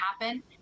happen